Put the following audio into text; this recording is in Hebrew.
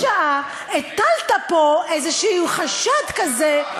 תראה איך אתה עכשיו חצי שעה הטלת פה חשד כזה ותשמע,